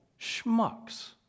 schmucks